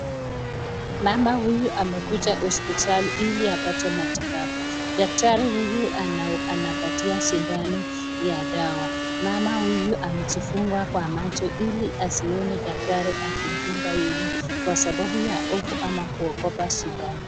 Mama huyu amekuja hospotali ili apate matibabu, daktari huyu anampatia sindano ya dawa, mama huyu amejifunga kwa macho ili asione daktari akimdunga yeye kwa sababu ya hofu ama kuogopa sindano.